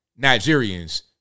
Nigerians